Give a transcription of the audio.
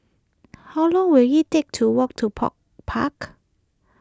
how long will it take to walk to Park